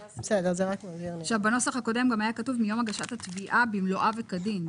50%". בנוסח הקודם גם היה כתוב: "מיום הגשת התביעה מלואה וכדין".